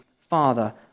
Father